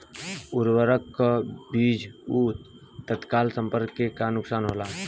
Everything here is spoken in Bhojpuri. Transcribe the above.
उर्वरक अ बीज के तत्काल संपर्क से का नुकसान होला?